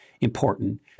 important